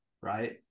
Right